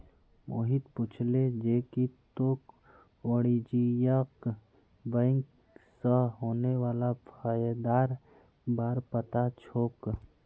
मोहित पूछले जे की तोक वाणिज्यिक बैंक स होने वाला फयदार बार पता छोक